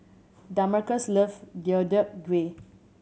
Damarcus loves Deodeok Gui